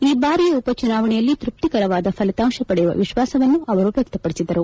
ಈ ಬಾರಿಯ ಉಪ ಚುನಾವಣೆಯಲ್ಲಿ ತೃಪ್ತಿಕರವಾದ ಫಲಿತಾಂಶ ಪಡೆಯುವ ವಿಶ್ವಾಸವನ್ನು ಅವರು ವ್ಯಕ್ತಪಡಿಸಿದರು